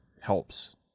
helps